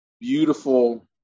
beautiful